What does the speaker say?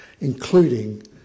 including